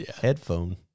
headphone